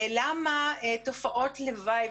ומה תופעות הלוואי,